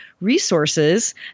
resources